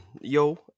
Yo